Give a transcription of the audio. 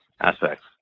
aspects